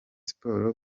sports